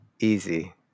Easy